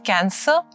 Cancer